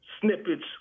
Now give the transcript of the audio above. snippets